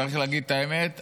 צריך להגיד את האמת,